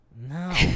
No